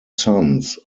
sons